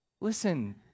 Listen